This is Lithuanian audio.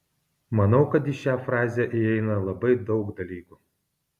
manau kad į šią frazę įeina labai daug dalykų